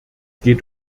geht